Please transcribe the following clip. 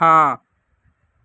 ہاں